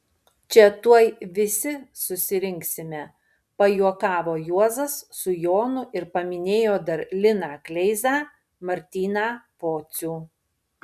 čia tuoj visi susirinksime pajuokavo juozas su jonu ir paminėjo dar liną kleizą martyną pocių